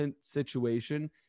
situation